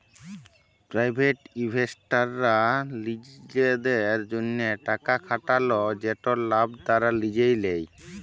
private ইলভেস্টাররা লিজেদের জ্যনহে টাকা খাটাল যেটর লাভ তারা লিজে লেই